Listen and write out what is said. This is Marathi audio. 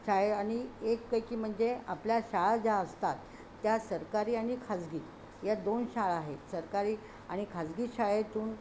शाळेत आणि एक पैकी म्हणजे आपल्या शाळा ज्या असतात त्या सरकारी आणि खाजगी या दोन शाळा आहेत सरकारी आणि खाजगी शाळेतून